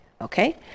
Okay